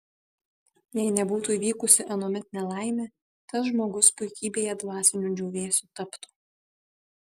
jei nebūtų įvykusi anuomet nelaimė tas žmogus puikybėje dvasiniu džiūvėsiu taptų